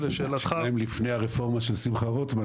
ולשאלתך- -- השאלה אם לפני הרפורמה של שמחה רוטמן,